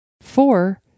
Four